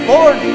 Lord